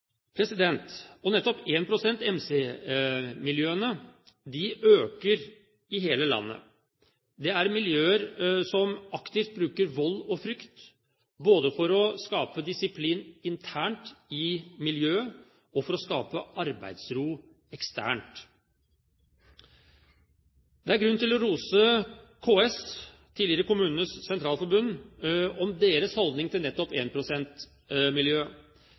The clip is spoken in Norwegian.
Nettopp énprosent-MC-miljøene øker i hele landet. Det er miljøer som aktivt bruker vold og frykt, både for å skape disiplin internt i miljøet og for å skape arbeidsro eksternt. Det er grunn til å rose KS, tidligere Kommunenes Sentralforbund, for deres holdning til nettopp énprosentmiljøet. Det innebærer en